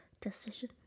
decision